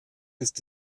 ist